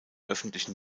öffentlichen